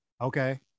Okay